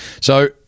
So-